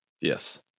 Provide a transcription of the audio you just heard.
Yes